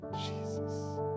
Jesus